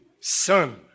Son